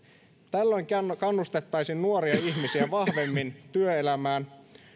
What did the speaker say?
tällöin kannustettaisiin nuoria ihmisiä vahvemmin työelämään